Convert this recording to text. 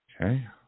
Okay